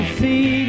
see